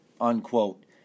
unquote